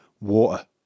Water